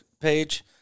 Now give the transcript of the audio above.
page